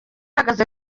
ahagaze